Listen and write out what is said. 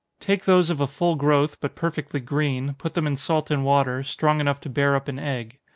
take those of a full growth, but perfectly green, put them in salt and water, strong enough to bear up an egg.